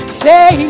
say